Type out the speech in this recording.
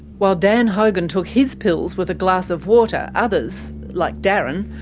while dan hogan took his pills with a glass of water, others, like darren,